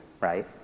right